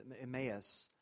Emmaus